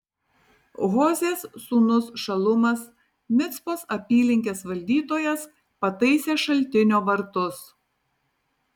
hozės sūnus šalumas micpos apylinkės valdytojas pataisė šaltinio vartus